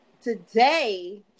Today